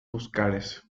buscares